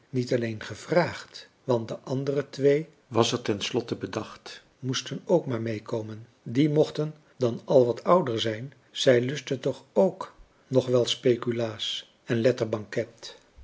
niet alléén gevraagd want de andere twee was er ten slotte bedacht moesten ook maar meekomen die mochten dan al wat ouder zijn zij lustten toch k nog wel speculaas en